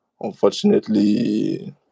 unfortunately